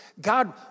God